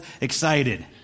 excited